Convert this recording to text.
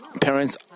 parents